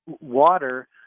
water